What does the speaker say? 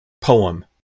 poem